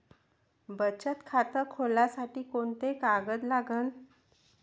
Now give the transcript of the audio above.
बचत खात खोलासाठी कोंते कागद लागन?